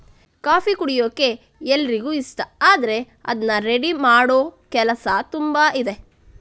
coffee ಕುಡಿಯೋಕೆ ಎಲ್ರಿಗೂ ಇಷ್ಟ ಆದ್ರೆ ಅದ್ನ ರೆಡಿ ಮಾಡೋ ಕೆಲಸ ತುಂಬಾ ಇದೆ